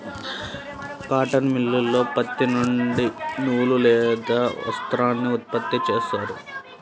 cotton మిల్లులో పత్తి నుండి నూలు లేదా వస్త్రాన్ని ఉత్పత్తి చేస్తారు